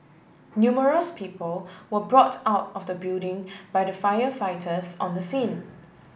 numerous people were brought out of the building by the firefighters on the scene